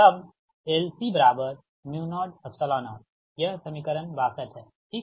तब LCu00यह समीकरण 62 है ठीक